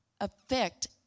affect